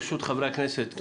ברשות חברי הכנסת,